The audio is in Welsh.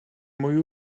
mwy